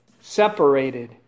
separated